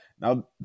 Now